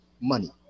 money